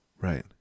Right